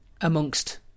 amongst